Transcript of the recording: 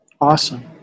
Awesome